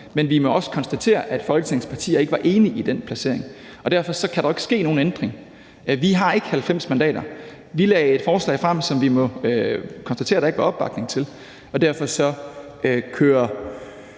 men vi må også konstatere, at Folketingets partier ikke var enige i den placering, og derfor kan der ikke ske nogen ændring. Vi har ikke 90 mandater. Vi lagde et forslag frem, som vi må konstatere at der ikke var opbakning til, og derfor kører